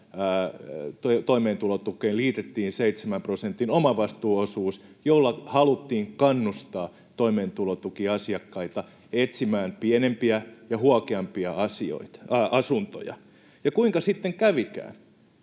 toimeentulotukeen liitettiin seitsemän prosentin omavastuuosuus, jolla haluttiin kannustaa toimeentulotukiasiakkaita etsimään pienempiä ja huokeampia asuntoja. Ja kuinka sitten kävikään?